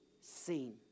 seen